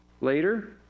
later